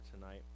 tonight